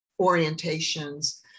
orientations